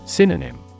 Synonym